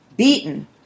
Beaten